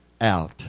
out